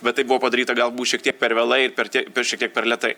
bet tai buvo padaryta galbūt šiek tiek per vėlai ir per tie per šiek tiek per lėtai